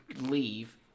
leave